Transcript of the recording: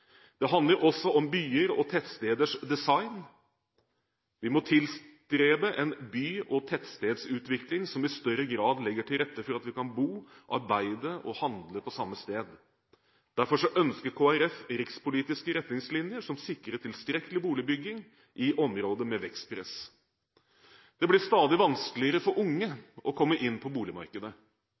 det handler også om byer og tettsteders design. Vi må tilstrebe en by- og tettstedsutvikling som i større grad legger til rette for at vi kan bo, arbeide og handle på samme sted. Derfor ønsker Kristelig Folkeparti rikspolitiske retningslinjer som sikrer tilstrekkelig boligbygging i områder med vekstpress. Det blir stadig vanskeligere for unge å komme inn på boligmarkedet.